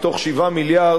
מתוך 7 מיליארד,